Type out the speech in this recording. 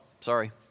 sorry